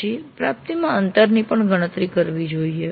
પછી પ્રાપ્તિમાં અંતરની પણ ગણતરી કરવી જોઈએ